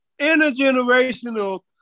intergenerational